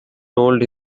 told